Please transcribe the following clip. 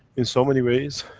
in so many ways,